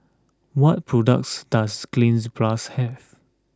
what products does Cleanz plus have